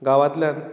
गांवांतल्यान